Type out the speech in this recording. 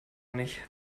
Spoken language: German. nicht